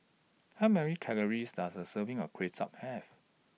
How Many Calories Does A Serving of Kway Chap Have